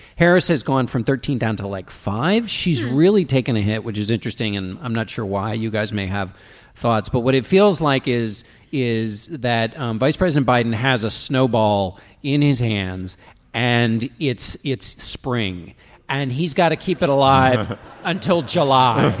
harris has gone from thirteen down to like five. she's really taken a hit which is interesting and i'm not sure why you guys may have thoughts but what it feels like is is that vice president biden has a snowball in his hands and it's it's spring and he's got to keep it alive until july.